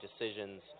decisions